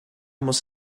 muss